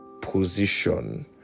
position